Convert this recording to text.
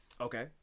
Okay